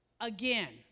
again